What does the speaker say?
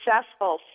successful